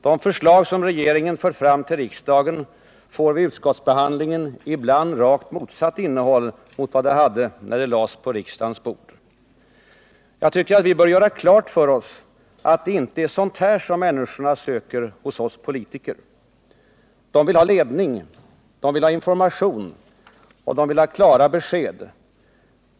De förslag som regeringen fört fram till riksdagen får vid utskottsbehandlingen ibland rakt motsatt innehåll mot vad de hade när de lades på riksdagens bord. Nr 54 Jag tycker att vi bör göra klart för oss att det inte är sådant här som Torsdagen den människorna söker hos oss politiker. De vill ha ledning. De vill ha 14 december 1978 information. Och de vill ha klara besked.